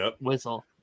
whistle